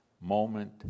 moment